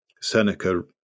Seneca